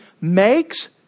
makes